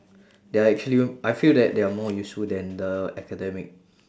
they're actually I feel that they are more useful than the academic